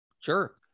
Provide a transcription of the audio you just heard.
Sure